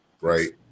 right